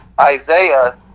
Isaiah